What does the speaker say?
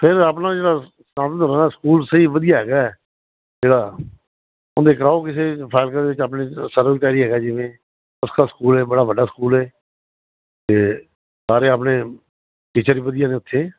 ਫਿਰ ਆਪਣਾ ਜਿਹੜਾ ਆਤਮਬਲਾ ਸਕੂਲ ਸਹੀ ਵਧੀਆ ਹੈਗਾ ਜਿਹੜਾ ਉਨਦੇ ਗਾ ਕਿਸੇ ਫਾਲਕ ਦੇ ਆਪਣੇ ਸਰਵਅਧਿਆਕੀਰ ਹੈਗਾ ਜਿਵੇਂ ਸਸਤਾ ਸਕੂਲ ਐ ਬੜਾ ਵੱਡਾ ਸਕੂਲ ਐ ਤੇ ਸਾਰੇ ਆਪਣੇ ਟੀਚਰ ਵੀ ਵਧੀਆ ਨੇ ਉੱਥੇ